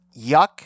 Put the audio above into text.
Yuck